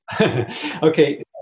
Okay